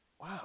wow